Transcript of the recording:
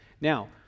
Now